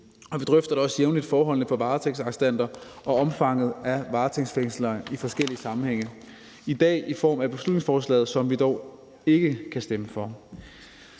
vi drøfter da også jævnligt forholdene for varetægtsarrestanter og omfanget af varetægtsfængslinger i forskellige sammenhænge; i dag gør vi det i form af beslutningsforslaget, som vi dog ikke kan stemme for.